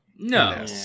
No